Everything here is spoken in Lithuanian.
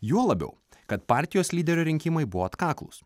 juo labiau kad partijos lyderio rinkimai buvo atkaklūs